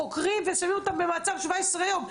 חוקרים ושמים אותם במעצר 17 יום.